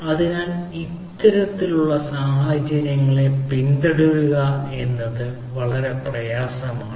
അതിനാൽ ഇത്തരത്തിലുള്ള സാഹചര്യങ്ങളെ പിന്തുടരുക എന്നത് വളരെ പ്രയാസമാണ്